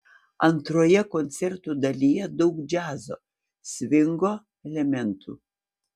antrojoje koncerto dalyje daug džiazo svingo elementų